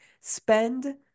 spend